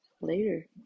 later